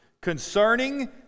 concerning